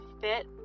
fit